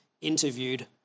interviewed